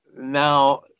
Now